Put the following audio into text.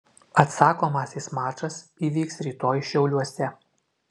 atsakomasis mačas įvyks rytoj šiauliuose